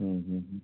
हूं हूं हूं